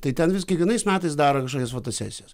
tai ten vis kiekvienais metais daro kažkokias fotosesijas